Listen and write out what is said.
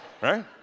right